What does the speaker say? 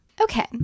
okay